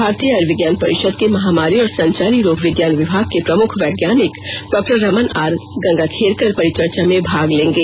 भारतीय आयुर्विज्ञान परिषद के महामारी और संचारी रोग विज्ञान विभाग के प्रमुख वैज्ञानिक डॉक्टर रमन आर गंगाखेरकर परिचर्चा में भाग लेंगे